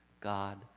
God